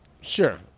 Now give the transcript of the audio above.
Sure